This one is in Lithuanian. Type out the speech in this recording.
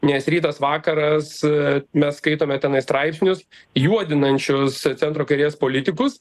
nes rytas vakaras mes skaitome tenai straipsnius juodinančius centro kairės politikus